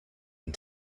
and